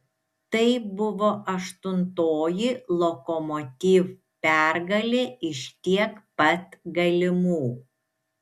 tai buvo aštuntoji lokomotiv pergalė iš tiek pat galimų